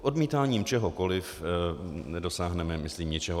Odmítáním čehokoliv nedosáhneme myslím ničeho.